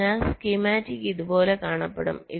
അതിനാൽ സ്കീമാറ്റിക് ഇതുപോലെ കാണപ്പെടും